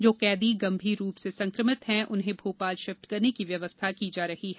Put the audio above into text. जो कैदी गंभीर संक्रमित हैं उन्हें भोपाल शिफ्ट करने की व्यवस्था की जा रही है